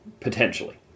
potentially